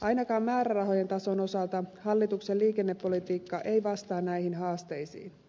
ainakaan määrärahojen tason osalta hallituksen liikennepolitiikka ei vastaa näihin haasteisiin